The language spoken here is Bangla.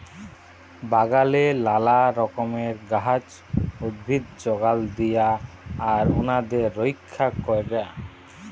বাগালে লালা রকমের গাহাচ, উদ্ভিদ যগাল দিয়া আর উনাদের রইক্ষা ক্যরা